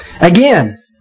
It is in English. Again